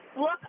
look